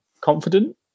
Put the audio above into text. confident